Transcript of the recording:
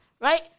Right